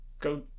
Go